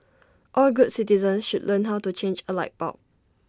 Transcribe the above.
all good citizens should learn how to change A light bulb